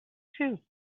too